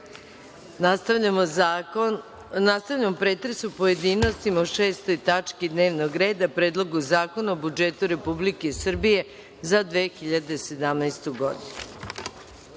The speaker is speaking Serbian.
Marinković. Nastavljamo pretres u pojedinostima o 6. tački dnevnog reda – Predlogu zakona o budžetu Republike Srbije za 2017. godinu. Na